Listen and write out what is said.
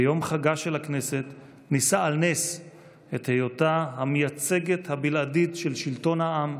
ביום חגה של הכנסת נישא על נס את היותה המייצגת הבלעדית של שלטון העם,